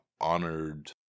honored